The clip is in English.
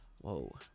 Whoa